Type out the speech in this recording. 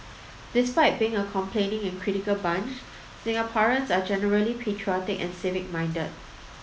despite being a complaining and critical bunch Singaporeans are generally patriotic and civic minded